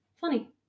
Funny